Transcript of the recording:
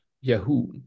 Yahoo